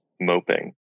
moping